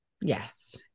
Yes